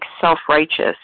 self-righteous